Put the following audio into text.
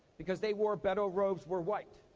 because they wore, bedu robes were white.